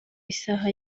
isaha